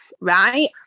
right